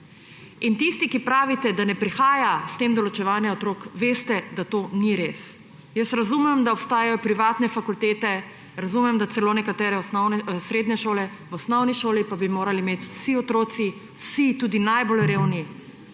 Tisti, ki pravite, da s tem ne prihaja do ločevanja otrok, veste, da to ni res. Razumem, da obstajajo privatne fakultete, razumem, da celo nekatere srednje šole, v osnovni šoli pa bi morali imeti vsi otroci, vsi, tudi najbolj revni,